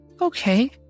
okay